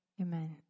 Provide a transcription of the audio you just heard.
Amen